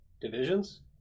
divisions